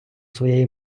своєї